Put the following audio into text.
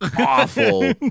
awful